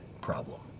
problem